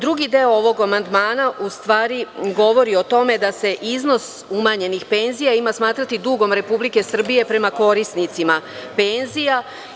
Drugi deo ovog amandmana u stvari govori o tome da se iznos umanjenih penzija ima smatrati dugom Republike Srbije prema korisnicima penzija.